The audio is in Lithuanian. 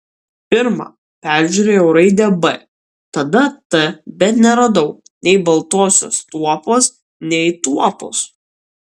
pirma peržiūrėjau raidę b tada t bet neradau nei baltosios tuopos nei tuopos